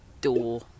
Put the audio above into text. door